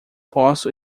posso